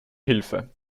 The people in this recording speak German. hilfe